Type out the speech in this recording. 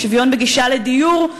ושוויון בגישה לדיור,